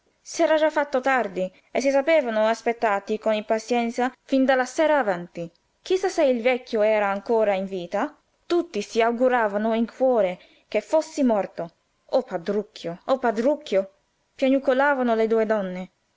sepoltura s'era già fatto tardi e si sapevano aspettati con impazienza fin dalla sera avanti chi sa se il vecchio era ancora in vita tutti si auguravano in cuore che fosse morto o padruccio o padruccio piagnucolavano le due donne